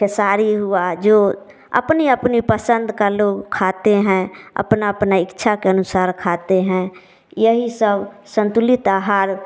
खेसारी हुआ जो अपने अपने पसंद का लोग खाते हैं अपना अपना इच्छा के अनुसार खाते हैं यही सब संतुलित आहार